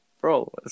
bro